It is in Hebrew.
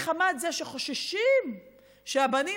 מחמת זה שחוששים שהבנים,